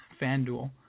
FanDuel